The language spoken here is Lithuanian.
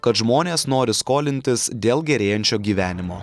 kad žmonės nori skolintis dėl gerėjančio gyvenimo